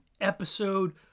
episode